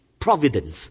Providence